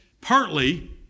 partly